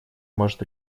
может